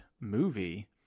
movie